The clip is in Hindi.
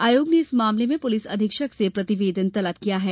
आयोग ने इस मामले में पुलिस अधीक्षक से प्रतिवेदन तलब किया है